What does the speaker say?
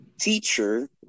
teacher